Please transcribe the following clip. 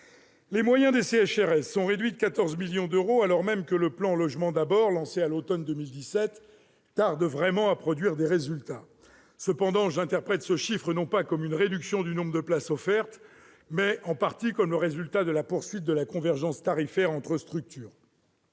sociale, sont réduits de 14 millions d'euros, alors même que le plan Logement d'abord, lancé à l'automne 2017, tarde vraiment à produire des résultats. Cependant, j'interprète ce chiffre non pas comme une réduction du nombre de places offertes, mais, en partie, comme le résultat de la poursuite de la convergence tarifaire entre structures.